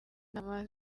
inama